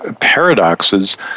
paradoxes